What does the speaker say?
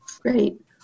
Great